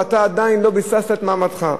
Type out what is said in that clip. ואתה עדיין לא ביססת את מעמדך.